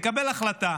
תקבל החלטה,